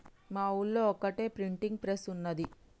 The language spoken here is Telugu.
మా ఊళ్లో ఒక్కటే ప్రింటింగ్ ప్రెస్ ఉన్నది